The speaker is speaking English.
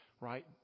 right